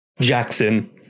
Jackson